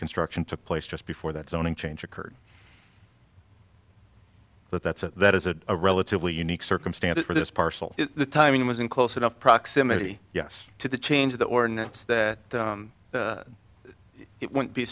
construction took place just before that zoning change occurred but that's a that is a relatively unique circumstance for this parcel the timing was in close enough proximity yes to the change of the ordinance that it won't be